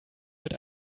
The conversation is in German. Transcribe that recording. mit